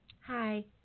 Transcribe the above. hi